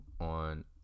On